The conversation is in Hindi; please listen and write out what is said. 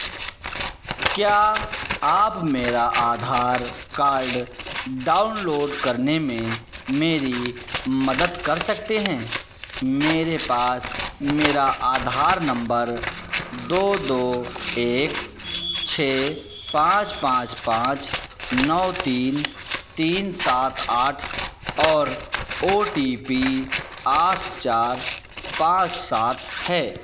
क्या आप मेरा आधार कार्ड डाउनलोड करने में मेरी मदद कर सकते हैं मेरे पास मेरा आधार नंबर दो दो एक छः पाँच पाँच पाँच नौ तीन तीन सात आठ और ओ टी पी आठ चार पाँच सात है